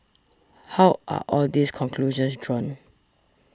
how are all these conclusions drawn